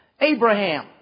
Abraham